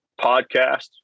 podcast